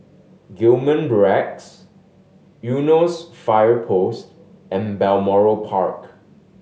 Gillman Barracks Eunos Fire Post and Balmoral Park